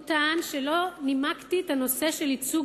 הוא טען שלא נימקתי את הנושא של ייצוג